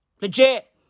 Legit